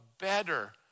better